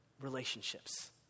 relationships